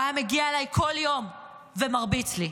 והוא היה מגיע אליי כל יום ומרביץ לי.